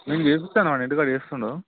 ఏడుస్తున్నాడు వాడు ఇంటికాడ ఏడుస్తున్నాడు